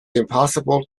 impossible